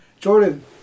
Jordan